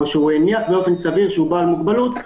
או הניח באופן סביר שהוא בעל מוגבלות,